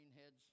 heads